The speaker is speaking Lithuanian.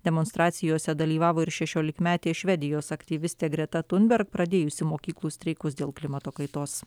demonstracijose dalyvavo ir šešiolikmetė švedijos aktyvistė greta thunberg pradėjusi mokyklų streikus dėl klimato kaitos